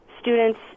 students